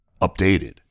updated